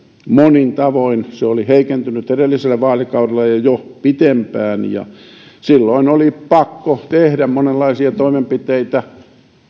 monin tavoin se oli heikentynyt edellisellä vaalikaudella ja jo jo pitempään ja silloin oli pakko tehdä monenlaisia toimenpiteitä